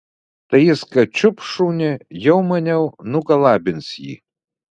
tai jis kad čiups šunį jau maniau nugalabins jį